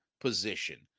position